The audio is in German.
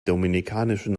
dominikanischen